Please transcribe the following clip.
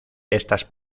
estas